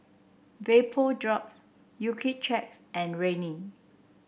Vapodrops Accuchecks and Rene